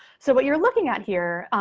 so what you're looking at here,